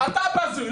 אתה בזוי.